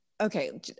okay